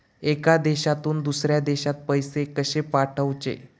एका देशातून दुसऱ्या देशात पैसे कशे पाठवचे?